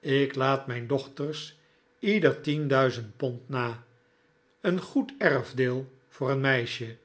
ik laat mijn dochters ieder tien duizend pond na een goed erfdeel voor een meisje